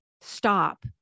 stop